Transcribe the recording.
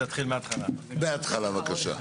מהתחלה בבקשה.